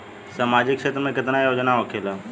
सामाजिक क्षेत्र में केतना योजना होखेला?